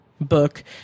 book